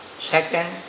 second